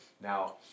now